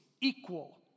equal